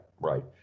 right